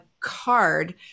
card